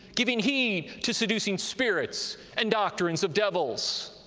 giving heed to seducing spirits, and doctrines of devils.